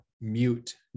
mute